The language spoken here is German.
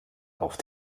auf